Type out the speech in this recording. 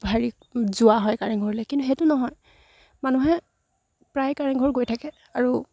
হেৰি যোৱা হয় কাৰেংঘৰলৈ কিন্তু সেইটো নহয় মানুহে প্ৰায় কাৰেংঘৰ গৈ থাকে আৰু